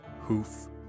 hoof